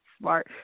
smart